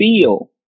feel